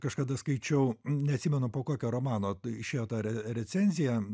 kažkada skaičiau neatsimenu po kokio romano tai išėjo ta re recenzija